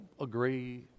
agree